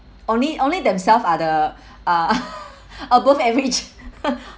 only only themself are the uh above average